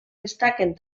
destaquen